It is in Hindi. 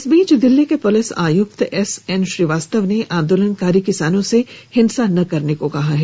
इस बीच दिल्ली के पुलिस आयुक्त एसएन श्रीवास्तव ने आंदोलनकारी किसानों से हिंसा न करने को कहा है